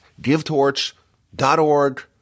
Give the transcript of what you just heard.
givetorch.org